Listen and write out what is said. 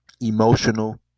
emotional